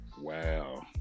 Wow